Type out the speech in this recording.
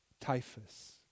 Typhus